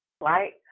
Right